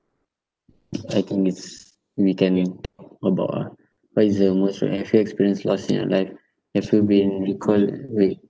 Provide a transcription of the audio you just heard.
I think it's we can talk about ah what is the most have you experienced loss in your life have you been recall wait